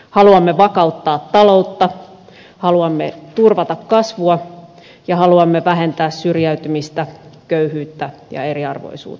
haluamme vakauttaa taloutta haluamme turvata kasvua ja haluamme vähentää syrjäytymistä köyhyyttä ja eriarvoisuutta